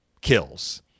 kills